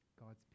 God's